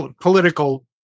political